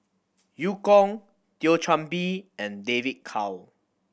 Eu Kong Thio Chan Bee and David Kwo